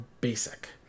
basic